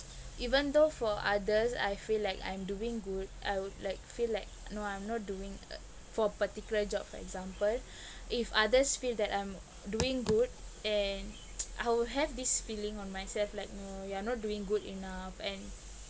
even though for others I feel like I'm doing good I would like feel like no I'm not doing for a particular job for example if others feel that I'm doing good and I will have this feeling on myself like you know you are not doing good enough and